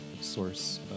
source